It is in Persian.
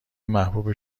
محبوب